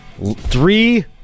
Three